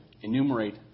enumerate